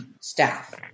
staff